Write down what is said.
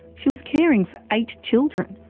she was caring for eight children.